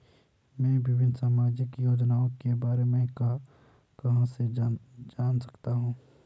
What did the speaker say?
मैं विभिन्न सामाजिक योजनाओं के बारे में कहां से जान सकता हूं?